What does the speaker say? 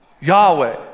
Yahweh